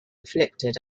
afflicted